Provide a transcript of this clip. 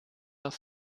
auf